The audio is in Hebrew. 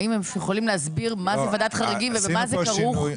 האם הם יכולים להסביר מה זה ועדת חריגים ובמה זה כרוך?